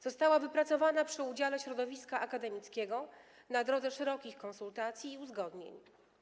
Została wypracowana przy udziale środowiska akademickiego, na drodze szerokich konsultacji i uzgodnień.